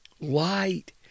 Light